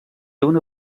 una